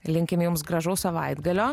linkime jums gražaus savaitgalio